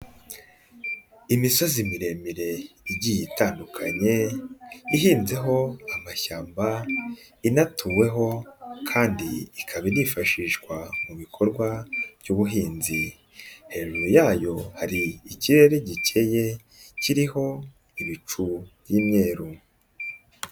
Imisozi miremire igiye itandukanye ihinzeho amashyamba, inatuweho kandi ikaba inifashishwa mu bikorwa by'ubuhinzi, hejuru yayo hari ikirere gikeye kiriho ibicu by'imyeru.